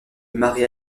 marie